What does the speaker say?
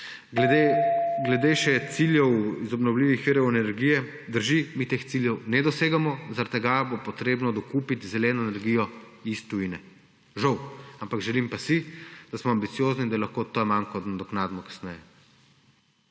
Glede ciljev iz obnovljivih virov energije. Drži, mi teh ciljev ne dosegamo, zato bo treba dokupiti zeleno energijo iz tujine. Žal. Želim pa si, da smo ambiciozni in da lahko ta manko nadoknadimo kasneje.